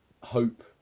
hope